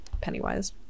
Pennywise